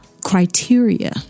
criteria